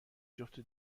جفت